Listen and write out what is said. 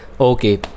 okay